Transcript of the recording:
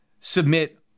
submit